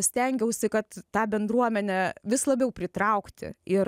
stengiausi kad tą bendruomenę vis labiau pritraukti ir